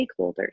stakeholders